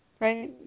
right